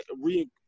re